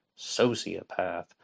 Sociopath